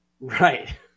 Right